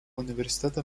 universiteto